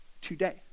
today